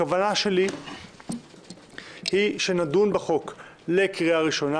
הכוונה שלי היא שנדון בהצעת החוק לקריאה הראשונה.